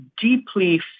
deeply